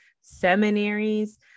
seminaries